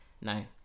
no